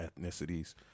ethnicities